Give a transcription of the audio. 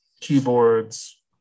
keyboards